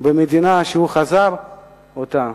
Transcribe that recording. במדינה שהוא חזה אותה